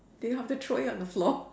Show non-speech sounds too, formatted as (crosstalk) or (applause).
they have to throw it on the floor (laughs)